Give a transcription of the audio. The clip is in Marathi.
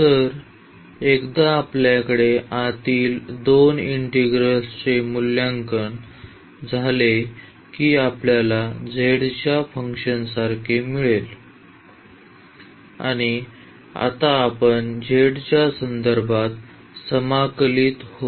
तर एकदा आपल्याकडे आतील दोन इंटिग्रल्सचे मूल्यांकन झाले की आपल्याला z च्या फंक्शनसारखे मिळेल आणि आता आपण z च्या संदर्भात समाकलित होऊ